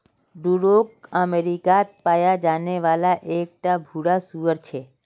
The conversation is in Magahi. डूरोक अमेरिकात पाया जाने वाला एक टा भूरा सूअर छे